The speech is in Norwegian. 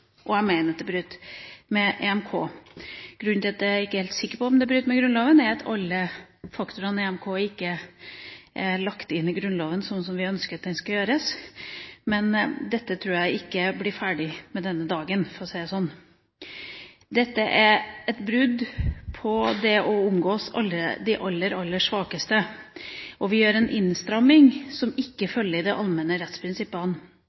og jeg mener at det bryter med EMK. Grunnen til at jeg ikke er helt sikker på om det bryter med Grunnloven, er at alle faktorene i EMK ikke er lagt inn i Grunnloven, sånn som vi ønsket det skulle gjøres. Men dette tror jeg ikke blir ferdig i dag – for å si det sånn. Dette er et brudd på det å omgås de aller, aller svakeste. Vi gjør en innstramming som ikke følger de allmenne rettsprinsippene.